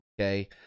Okay